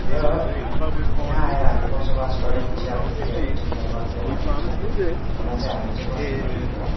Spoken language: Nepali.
र यहाँ आएर हामी बसोबास गऱ्यौँ चियापत्तीहरू टिप्ने गर्थ्यौँ भनिन्छ हुन चाहिँ हामी चाहिँ बस्तीपट्टिको हो